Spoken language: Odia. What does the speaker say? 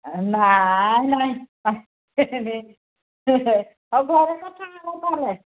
ନାଇ ନାଇ ହେ କିଏ ରେ ହଉ ଘରେ କଥା ହେବା ପରେ